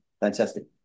fantastic